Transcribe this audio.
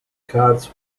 cards